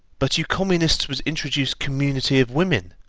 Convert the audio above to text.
but you communists would introduce community of women,